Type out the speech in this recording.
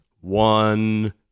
one